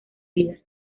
vida